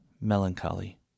melancholy